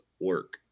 work